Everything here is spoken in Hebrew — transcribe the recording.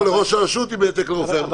או לראש הרשות עם העתק לרופא המחוזי.